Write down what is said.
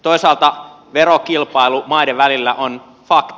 toisaalta verokilpailu maiden välillä on fakta